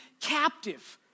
captive